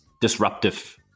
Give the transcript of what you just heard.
disruptive